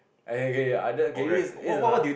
okay okay ya that okay this is this is another